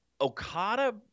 Okada